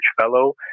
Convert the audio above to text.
fellow